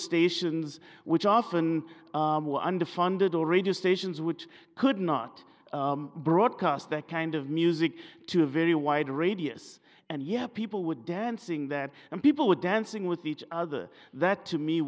stations which often under funded or radio stations which could not broadcast that kind of music to a very wide radius and yet people were dancing there and people were dancing with each other that to me